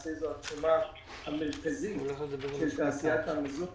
למעשה זו התשומה המרכזית של תעשיית המזון.